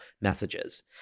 messages